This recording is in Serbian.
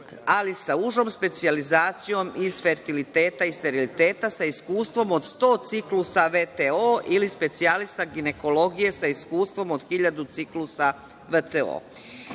ali sa užom specijalizacijom iz fertiliteta i steriliteta sa iskustvom od 100 ciklusa VTO ili specijalista ginekologije sa iskustvom 1.000 ciklusa VTO;